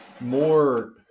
more